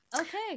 Okay